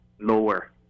lower